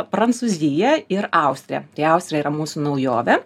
prancūzija ir austrija tai austrija yra mūsų naujovė